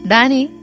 Danny